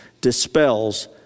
dispels